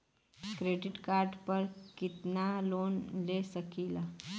Credit card पर कितनालोन ले सकीला?